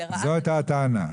זו הייתה הטענה.